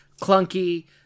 clunky